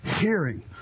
Hearing